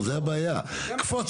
אתה בעולם